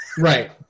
Right